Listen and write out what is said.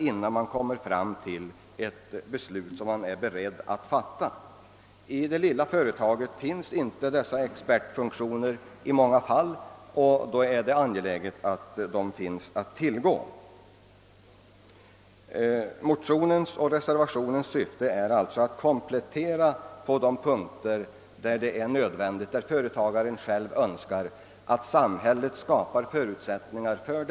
Olika funktioner samverkar inom ett företag innan ledningen är beredd att fatta beslut. I det lilla företaget finns ofta inte dessa expertfunktioner, och det är då angeläget att de finns att tillgå för företaget på annat håll. Syftet med motionerna och reservationen 2 är att skapa möjligheter för en komplettering, där sådan är nödvändig och där företaget självt önskar. Samhället bör också skapa förutsättningar härför.